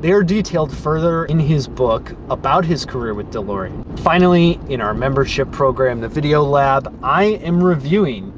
they're detailed further in his book about his career with delorean. finally, in our membership program the video lab, i am reviewing